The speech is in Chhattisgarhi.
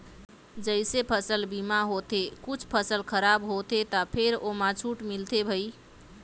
जइसे फसल बीमा होथे कुछ फसल खराब होथे त फेर ओमा छूट मिलथे भई